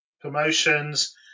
promotions